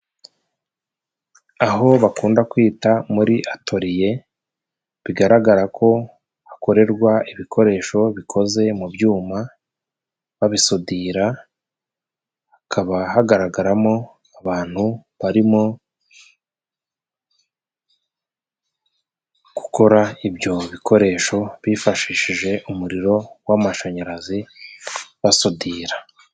Aho bakunda kwita muri atoriye bigaragara ko hakorerwa ibikoresho bikoze mu byuma babisudira. Hakaba hagaragaramo abantu barimo gukora ibyo bikoresho bifashishije umuriro gw'amashanyarazi basudira.